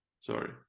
Sorry